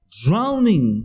drowning